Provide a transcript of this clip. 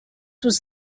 was